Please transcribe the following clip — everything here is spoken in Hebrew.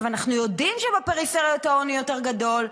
אנחנו יודעים שבפריפריות העוני יותר גדול,